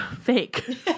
fake